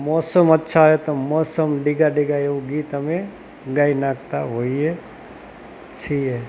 મોસમ અચ્છા હૈ તો મોસમ ડીગા ડીગા એવું ગીત અમે ગાઈ નાખતા હોઈએ છીએ